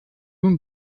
nun